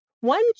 One